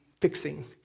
fixing